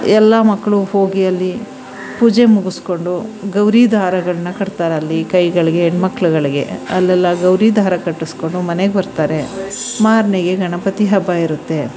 ಎಲ್ಲ ಮಕ್ಕಳು ಹೋಗಿ ಅಲ್ಲಿ ಪೂಜೆ ಮುಗಿಸ್ಕೊಂಡು ಗೌರಿ ದಾರಗಳನ್ನ ಕಟ್ತಾರಲ್ಲಿ ಕೈಗಳಿಗೆ ಹೆಣ್ಮಕ್ಳುಗಳಿಗೆ ಅಲ್ಲೆಲ್ಲ ಗೌರಿ ದಾರ ಕಟ್ಟಿಸ್ಕೊಂಡು ಮನೆಗೆ ಬರ್ತಾರೆ ಮಾರನೆಗೆ ಗಣಪತಿ ಹಬ್ಬ ಇರುತ್ತೆ